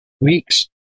weeks